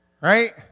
right